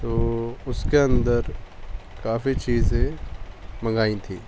تو اس کے اندر کافی چیزیں منگائی تھیں